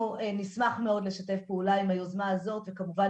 אנחנו נשמח לשתף פעולה עם היוזמה הזאת וכמובן